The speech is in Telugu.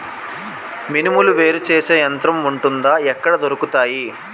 మినుములు వేరు చేసే యంత్రం వుంటుందా? ఎక్కడ దొరుకుతాయి?